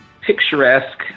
picturesque